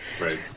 Right